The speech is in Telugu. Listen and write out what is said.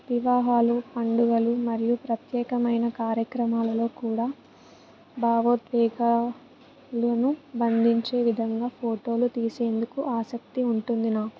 వివాహాలు పండుగలు మరియు ప్రత్యేకమైన కార్యక్రమాలలో కూడా భావోద్వేగాలను బంధించే విధంగా ఫోటోలు తీసేందుకు ఆసక్తి ఉంటుంది